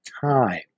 time